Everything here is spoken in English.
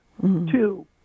two